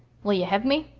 will yeh hev me?